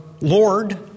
Lord